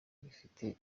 bifite